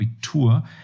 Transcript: Abitur